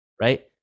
Right